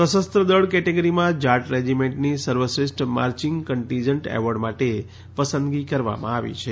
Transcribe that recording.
સશસ્ત્રદળ કેટેગરીમાં જાટ રેજીમેન્ટની સર્વશ્રેષ્ઠ માર્યિંગ કન્ટીજન્ટ એવોર્ડ માટે પસંદગી કરવામાં આવી છે